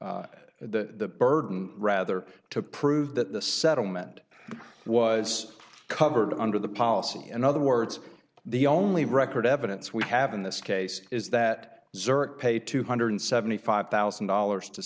to the burden rather to prove that the settlement was covered under the policy in other words the only record evidence we have in this case is that zurich paid two hundred and seventy five thousand dollars to